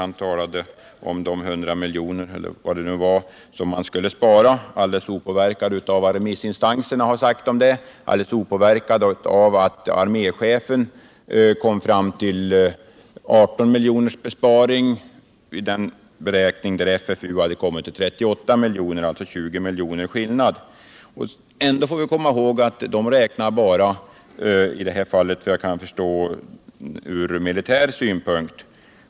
Han talade om de 100 miljoner eller vad det nu var som man skulle spara — alldeles opåverkad av vad remissinstansen har sagt om detta och alldeles opåverkad av att arméchefen kommit fram till att det rörde sig om 18 miljoners besparing där FFU kommit till 38 miljoner; alltså en skillnad på 20 miljoner. Ändå får vi komma ihåg att de i detta fall bara ser det från militär synpunkt.